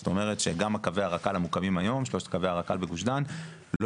זאת אומרת שגם שלושת קווי הרק"ל המוקמים היום בגוש דן לא